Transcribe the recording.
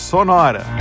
Sonora